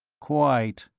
quite.